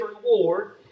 reward